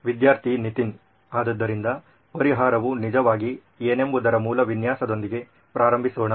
ವಿದ್ಯಾರ್ಥಿ ನಿತಿನ್ ಆದ್ದರಿಂದ ಪರಿಹಾರವು ನಿಜವಾಗಿ ಏನೆಂಬುದರ ಮೂಲ ವಿನ್ಯಾಸದೊಂದಿಗೆ ಪ್ರಾರಂಭಿಸೋಣ